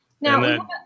Now